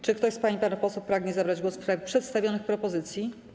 Czy ktoś z pań i panów posłów pragnie zabrać głos w sprawie przedstawionych propozycji?